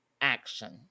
action